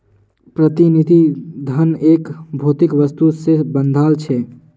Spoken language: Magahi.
प्रतिनिधि धन एक भौतिक वस्तु से बंधाल छे